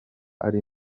ari